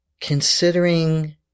Considering